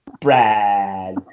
Brad